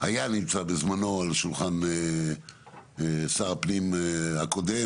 נמצא בזמנו על שולחן שר הפנים הקודם,